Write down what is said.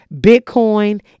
Bitcoin